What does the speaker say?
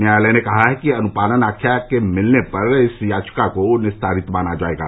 न्यायालय ने कहा है कि अनुपालन आख्या के मिलने पर इस याचिका को निस्तारित माना जायेगा